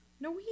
No